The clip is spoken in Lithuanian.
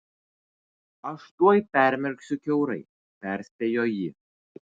aš tuoj permirksiu kiaurai perspėjo ji